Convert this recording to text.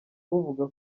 buvuga